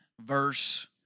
Verse